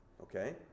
Okay